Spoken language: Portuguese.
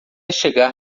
chegar